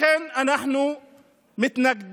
לכן אנחנו מתנגדים